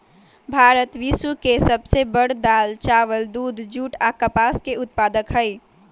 भारत विश्व के सब से बड़ दाल, चावल, दूध, जुट आ कपास के उत्पादक हई